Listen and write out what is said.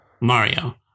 Mario